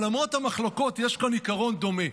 אבל למרות המחלוקות, יש כאן עיקרון דומה: